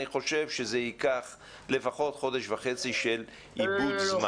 אני חושב שזה ייקח לפחות חודש וחצי של איבוד זמן.